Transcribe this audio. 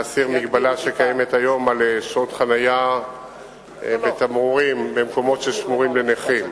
להסיר מגבלה על שעות חנייה שקיימת היום בתמרורים במקומות ששמורים לנכים.